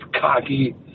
cocky